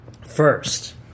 first